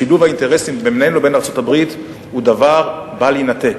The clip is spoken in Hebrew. שילוב האינטרסים בינינו לבין ארצות-הברית הוא דבר בל יינתק.